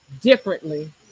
differently